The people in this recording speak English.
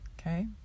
okay